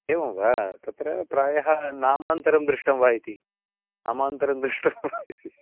एवं वा तत्र प्रायः नामान्तरं दृष्टं वा इति नामान्तरं दृष्टं